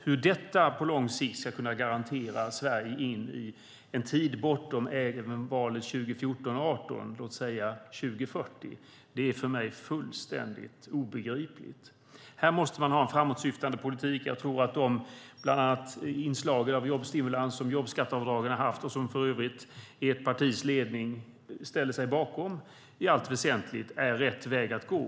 Hur detta på lång sikt ska kunna garantera välfärden i Sverige i en tid bortom valen 2014 och 2018, låt säga till år 2040, är för mig fullständigt obegripligt. Här måste man ha en framåtsyftande politik. De inslag av bland annat jobbstimulans som jobbskatteavdragen har haft, och som för övrigt ert partis ledning ställer sig bakom, är i allt väsentligt rätt väg att gå.